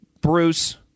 Bruce